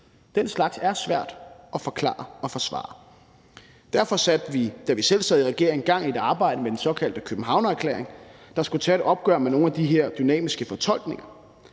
Den slags er svært at forklare og forsvare. Derfor satte vi, da vi selv sad i regering, gang i et arbejde med den såkaldte Københavnererklæring, der skulle tage et opgør med nogle af de her dynamiske fortolkninger.